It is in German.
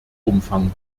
umfang